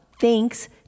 thanks